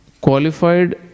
qualified